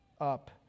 up